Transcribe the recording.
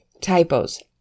typos